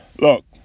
look